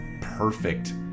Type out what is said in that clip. perfect